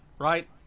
Right